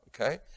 okay